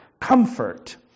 comfort